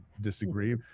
disagree